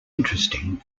interesting